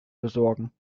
besorgen